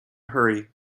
hurry